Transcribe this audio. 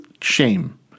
shame